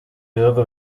bihugu